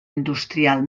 industrial